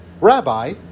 Rabbi